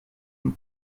une